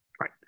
Right